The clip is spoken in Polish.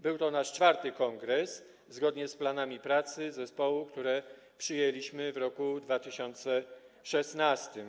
Był to nasz IV kongres, zgodnie z planami pracy zespołu, które przyjęliśmy w roku 2016.